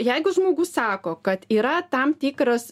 jeigu žmogus sako kad yra tam tikras